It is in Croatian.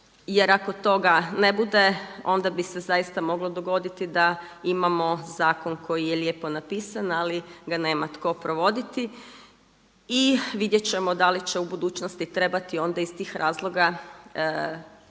jer ako toga ne bude onda bi se zaista moglo dogoditi da imamo zakon koji je lijepo napisan, ali ga nema tko provoditi. I vidjet ćemo da li će u budućnosti trebati onda iz tih razloga možda